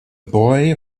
boy